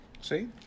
See